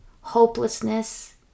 hopelessness